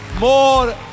more